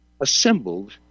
Assembled